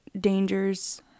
dangers